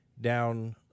down